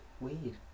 weed